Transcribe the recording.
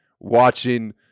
Watching